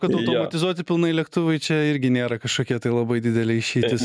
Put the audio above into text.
kad automatizuoti pilnai lėktuvai čia irgi nėra kažkokia tai labai didelė išeitis